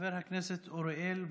חבר הכנסת אוריאל בוסו.